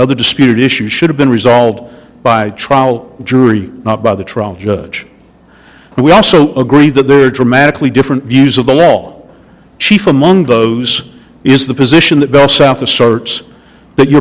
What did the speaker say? other disputed issues should have been resolved by a trial jury not by the trial judge and we also agree that there are dramatically different views of the law chief among those is the position that bell south asserts but you're